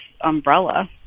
umbrella